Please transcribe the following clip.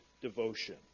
devotion